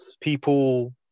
people